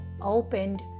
opened